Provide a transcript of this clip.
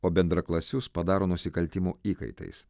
o bendraklasius padaro nusikaltimų įkaitais